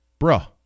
bruh